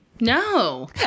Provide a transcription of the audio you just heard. No